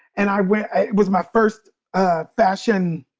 and i wear, it was my first ah fashion,